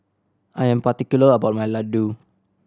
I am particular about my Ladoo